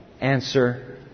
answer